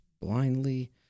blindly